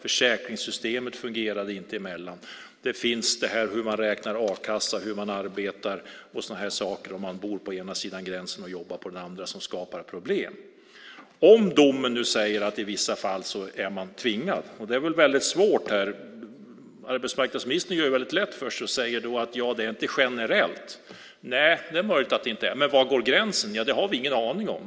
Försäkringssystemet fungerade inte länderna emellan. Det handlar om hur man räknar a-kassa, hur man arbetar och sådana saker om man bor på ena sidan gränsen och jobbar på den andra, som skapar problem. Om domen nu säger att man i vissa fall är tvingad är det väldigt svårt. Arbetsmarknadsministern gör det väldigt lätt för sig och säger att det inte är generellt. Nej, det är möjligt att det inte är. Men var går gränsen? Ja, det har vi ingen aning om.